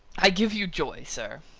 i give you joy, sir!